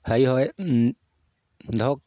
হেৰি হয় ধৰক